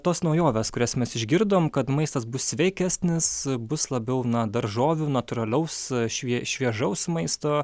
tos naujovės kurias mes išgirdom kad maistas bus sveikesnis bus labiau na daržovių natūralaus švie šviežaus maisto